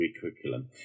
curriculum